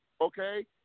okay